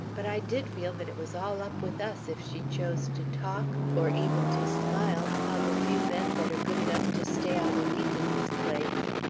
but i did feel that it was all up with us if she chose to talk, or even to smile, upon the few men that are good enough to stay out a week in this place.